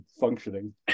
functioning